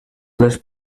les